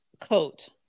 coat